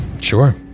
Sure